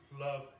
love